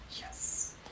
Yes